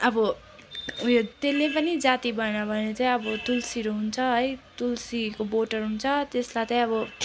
अब उयो त्यसले पनि जाती भएन भने चाहिँ अब तुलसीहरू हुन्छ है तुलसीको बोटहरू हुन्छ त्यसलाई चाहिँ अब